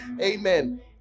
Amen